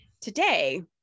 Today